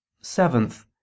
Seventh